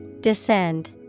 Descend